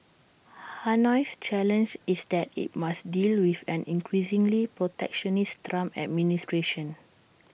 Hanoi's challenge is that IT must deal with an increasingly protectionist Trump administration